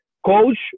coach